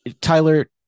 tyler